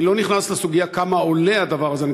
אני לא נכנס לסוגיה כמה עולה דבר כזה,